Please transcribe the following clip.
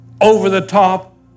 over-the-top